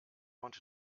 want